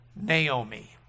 Naomi